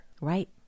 Right